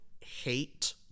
hate